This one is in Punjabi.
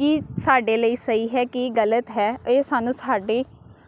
ਕੀ ਸਾਡੇ ਲਈ ਸਹੀ ਹੈ ਕੀ ਗਲਤ ਹੈ ਇਹ ਸਾਨੂੰ ਸਾਡੇ